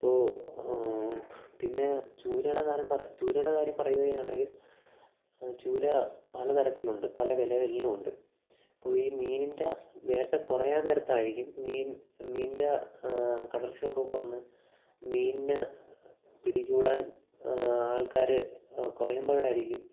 അപ്പോള് പിന്നേ ചൂരയുടെ കാര്യം ചൂരയുടെ കാര്യം പറയുകയാണെങ്കിൽ ചൂര പലതരത്തിലുണ്ട് പല വിലകളിലുമുണ്ട് അപ്പോള് ഈ മീനിൻ്റെ വേട്ട കുറയാൻ നേരത്തായിരിക്കും മീൻ മീനിൻ്റെ കടൽക്ഷോഭമൊക്കെ വന്ന് മീനിനെ പിടികൂടാൻ ആൾക്കാര് കുറയുമ്പോഴായിരിക്കും